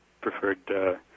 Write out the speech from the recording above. preferred